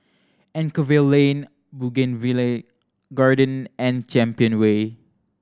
Anchorvale Lane Bougainvillea Garden and Champion Way